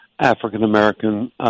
African-American